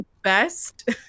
best